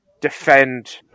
defend